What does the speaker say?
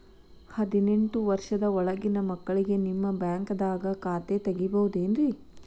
ಹದಿನೆಂಟು ವರ್ಷದ ಒಳಗಿನ ಮಕ್ಳಿಗೆ ನಿಮ್ಮ ಬ್ಯಾಂಕ್ದಾಗ ಖಾತೆ ತೆಗಿಬಹುದೆನ್ರಿ?